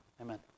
Amen